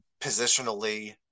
positionally